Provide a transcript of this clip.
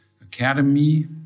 academy